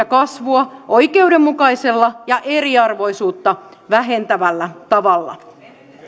kasvua oikeudenmukaisella ja eriarvoisuutta vähentävällä tavalla